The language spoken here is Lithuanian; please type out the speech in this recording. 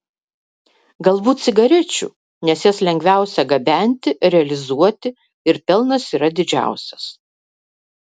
galbūt cigarečių nes jas lengviausia gabenti realizuoti ir pelnas yra didžiausias